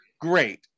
great